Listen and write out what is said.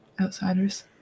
outsiders